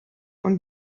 und